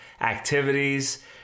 activities